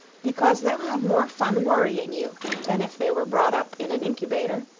because they'll have more fun worrying you than if they were brought up in an incubator.